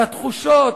על התחושות,